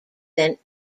than